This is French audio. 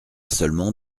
seulement